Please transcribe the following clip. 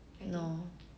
no